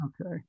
Okay